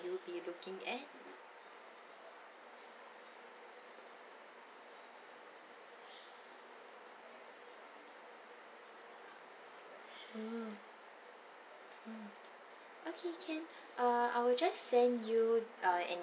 you will be looking at uh mm ok can uh I will just send you uh an